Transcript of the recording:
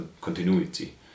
continuity